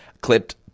clipped